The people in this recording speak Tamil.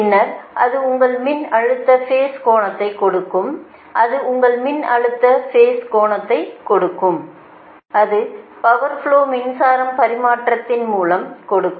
பின்னர் அது உங்கள் மின்னழுத்த பேஸ் கோணத்தைக் கொடுக்கும் அது பவா் ஃப்லோ மின்சாரம் பரிமாற்றத்தின் மூலம் கொடுக்கும்